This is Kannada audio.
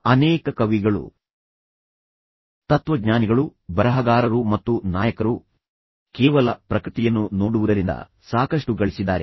ಅನೇಕ ಕವಿಗಳು ತತ್ವಜ್ಞಾನಿಗಳು ಬರಹಗಾರರು ಮತ್ತು ನಾಯಕರು ಕೇವಲ ಪ್ರಕೃತಿಯನ್ನು ನೋಡುವುದರಿಂದ ಸಾಕಷ್ಟು ಗಳಿಸಿದ್ದಾರೆ